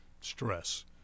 stress